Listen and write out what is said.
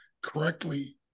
correctly